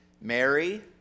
Mary